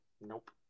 Nope